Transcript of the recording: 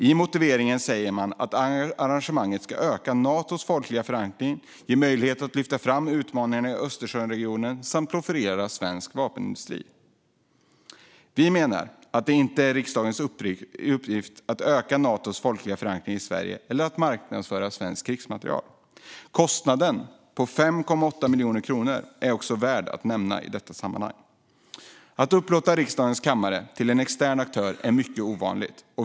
I motiveringen sägs att arrangemanget ska öka Natos folkliga förankring, ge möjlighet att lyfta fram utmaningarna i Östersjöregionen och profilera den svenska försvarsindustrin. Vi menar att det inte är riksdagens uppgift att öka Natos folkliga förankring i Sverige eller att marknadsföra svenskt krigsmateriel. Kostnaden på 5,8 miljoner är också värd att nämna i sammanhanget. Att upplåta riksdagens kammare till en extern aktör är mycket ovanligt.